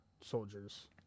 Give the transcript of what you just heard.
soldiers